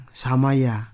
samaya